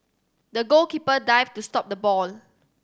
the goalkeeper dived to stop the ball